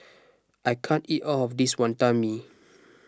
I can't eat all of this Wantan Mee